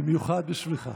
במיוחד בשבילך.